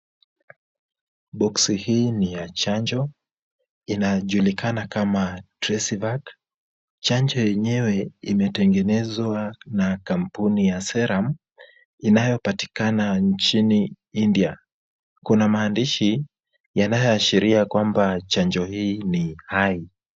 Boksi hii ni ya chanjo, inajulikana kama tracy bug . Chanjo yenyewe imetengenezwa na kampuni ya Serum inayopatikana nchini India. Kuna maandishi yanayoashiria kwamba chanjo hii ni hai.